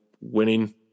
winning